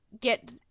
get